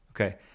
okay